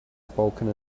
spoken